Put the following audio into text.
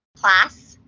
class